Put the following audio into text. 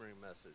message